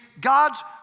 God's